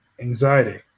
anxiety